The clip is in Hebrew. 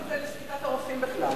מה הקשר בין זה לשביתת הרופאים בכלל?